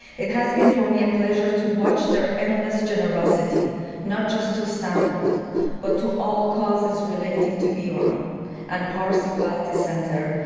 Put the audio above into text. it has been for me a pleasure to watch their endless generosity not just to stanford but to all causes relating to iran and pars equality center,